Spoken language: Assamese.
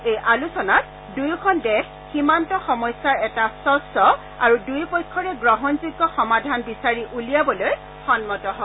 এই আলোচনাত দুয়োখন দেশ সীমান্ত সমস্যাৰ এটা স্বছ্ আৰু দুয়োপক্ষৰে গ্ৰহণযোগ্য সমাধান বিচাৰি উলিয়াবলৈ সন্মত হয়